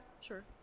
sure